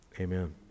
Amen